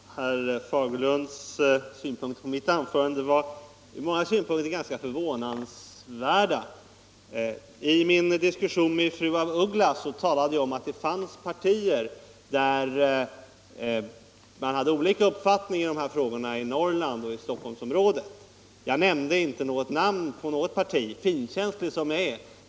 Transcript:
Fru talman! Herr Fagerlunds synpunkter på mitt anförande var i många stycken ganska förvånansvärda. I min diskussion med fru af Ugglas talade jag om att det fanns partier där man hade olika uppfattning i dessa frågor i Norrland och i Stockholmsområdet. Jag nämnde inte namnet på något parti, finkänslig som jag är.